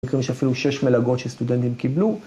כלומר יש אפילו 6 מלגות שסטודנטים קיבלו...